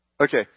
Okay